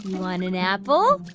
want an apple.